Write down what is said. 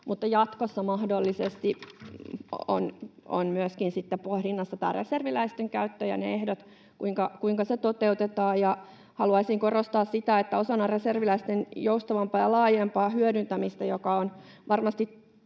jatkossa mahdollisesti on myöskin pohdinnassa reserviläisten käyttö ja ne ehdot, kuinka se toteutetaan. Haluaisin korostaa sitä, että osana reserviläisten joustavampaa ja laajempaa hyödyntämistä, joka on varmasti